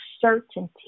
certainty